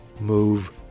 move